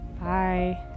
Bye